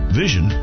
vision